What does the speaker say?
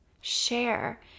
share